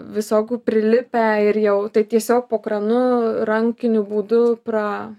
visokių prilipę ir jau tai tiesiog po kranu rankiniu būdu pra